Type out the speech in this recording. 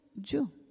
Jew